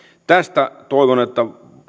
toivon että